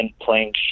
playing